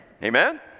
Amen